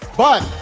but,